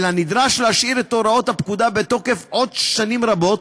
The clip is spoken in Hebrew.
אלא נדרש להשאיר את הוראות הפקודה בתוקף עוד שנים רבות,